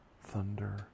thunder